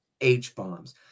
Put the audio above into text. H-bombs